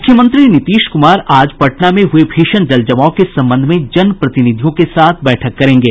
मुख्यमंत्री नीतीश कुमार आज पटना में हुए भीषण जल जमाव के संबंध में जनप्रतिनिधियों के साथ बैठक करेंगे